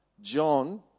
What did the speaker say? John